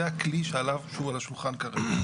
זה הכלי שהוא על השולחן כרגע.